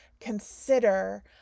consider